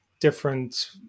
different